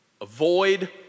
avoid